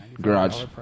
garage